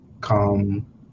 come